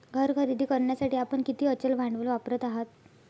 घर खरेदी करण्यासाठी आपण किती अचल भांडवल वापरत आहात?